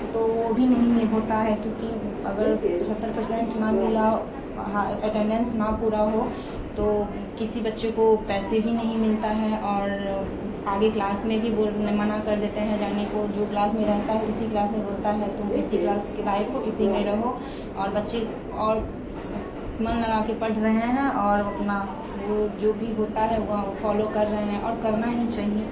तो वो भी नहीं में होता है क्योंकि अगर पछहत्तर परसेंट ना मिला हा अटेंडेंस ना पूरा हो तो किसी बच्चे को पैसे भी नहीं मिलता है और आगे क्लास में भी बोलते मना कर देते हैं जाने को जो क्लास में रहता है उसी क्लास में बोलता है तुम इसी क्लास के लायक़ हो इसी में रहो और बच्चे और मन लगा कर पढ़ रहे हैं और अपना वो जो भी होता है वह फॉलो कर रहे हैं और करना ही चाहिए